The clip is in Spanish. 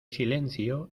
silencio